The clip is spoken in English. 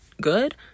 good